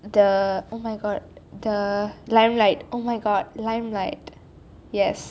the oh my god the limelight oh my god limelight yes